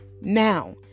now